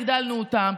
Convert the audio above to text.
הגדלנו אותן,